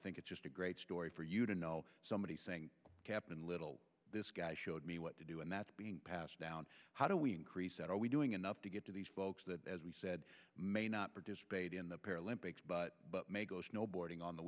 think it's just a great story for you to know somebody saying captain little this guy showed me what to do and that's being passed down how do we increase that are we doing enough to get to these folks that as we said may not participate in the paralympics but know boarding on the